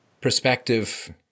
perspective